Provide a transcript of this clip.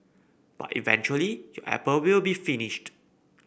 but eventually your apple will be finished